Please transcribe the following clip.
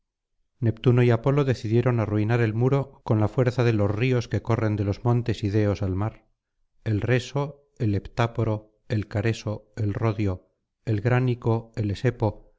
neptuno y apolo decidieron arruinar el muro con la fuerza de los ríos que corren de los montes ideos al mar el reso el heptáporo el careso el rodio el gránico el esepo